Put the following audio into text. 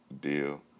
deal